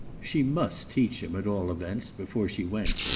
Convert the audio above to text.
she must teach him at all events, before she went,